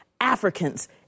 Africans